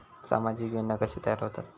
सामाजिक योजना कसे तयार होतत?